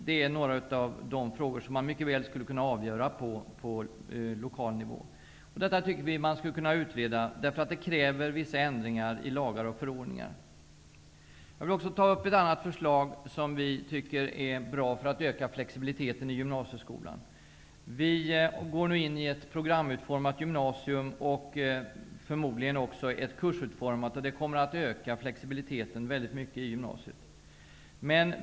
Detta är några av de frågor som mycket väl skulle kunna avgöras på lokal nivå. Detta tycker vi att man skulle kunna utreda, därför att det kräver vissa ändringar i lagar och förordningar. Jag vill också ta upp ett annat förslag som vi tycker bidrar till att öka flexibiliteten i gymnasieskolan. Vi går nu in i ett programutformat och förmodligen också kursutformat gymnasium, vilket kommer att starkt öka flexibiliteten i gymnasiet.